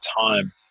time